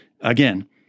again